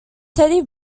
teddy